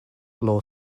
law